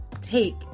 take